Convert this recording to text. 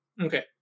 okay